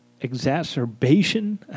exacerbation